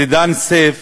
זידאן סייף,